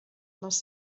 les